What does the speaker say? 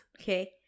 Okay